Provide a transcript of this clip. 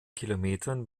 kilometern